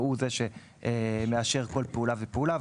והוא זה שמאשר כל פעולה ופעולה.